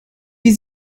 wie